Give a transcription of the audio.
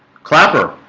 clapper